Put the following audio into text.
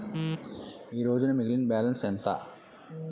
ఈరోజు మిగిలిన బ్యాలెన్స్ ఎంత?